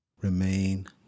remain